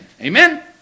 Amen